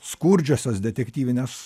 skurdžiosios detektyvinės